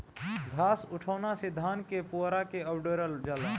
घास उठौना से धान क पुअरा के अवडेरल जाला